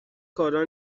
کارا